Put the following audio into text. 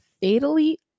fatally